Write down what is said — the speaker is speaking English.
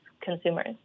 consumers